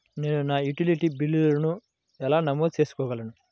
నేను నా యుటిలిటీ బిల్లులను ఎలా నమోదు చేసుకోగలను?